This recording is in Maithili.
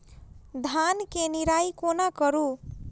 धान केँ निराई कोना करु?